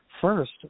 first